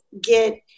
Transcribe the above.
get